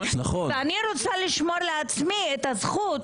אני רוצה לשמור לעצמי את הזכות.